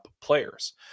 players